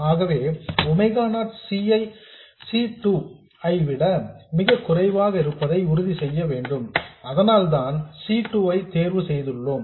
ஆகவே omega not C 2 ஐ விட மிக குறைவாக இருப்பதை உறுதி செய்ய வேண்டும் அதனால்தான் C 2 ஐ தேர்வு செய்துள்ளோம்